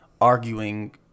arguing